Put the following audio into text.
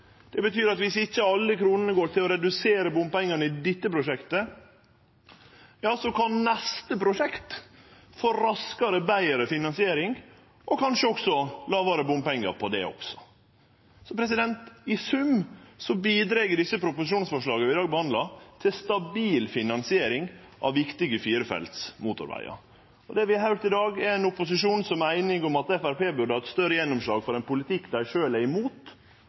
Det betyr at viss ikkje alle kronene går til å redusere bompengane i dette prosjektet, kan neste prosjekt få raskare og betre finansiering – og kanskje lågare bompengar på det også. Så i sum bidreg dei proposisjonsforslaga vi i dag behandlar, til stabil finansiering av viktige firefelts motorvegar. Det vi har høyrt i dag, er ein opposisjon som er einig om at Framstegspartiet burde hatt større gjennomslag for ein politikk dei sjølve er imot.